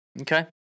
Okay